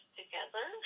together